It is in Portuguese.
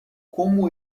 como